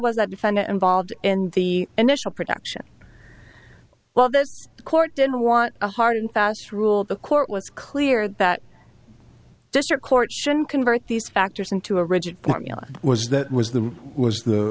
was that defendant involved in the initial production well this court didn't want a hard and fast rule the court was clear that district court shouldn't convert these factors into a rigid formula was that was the was the